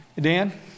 Dan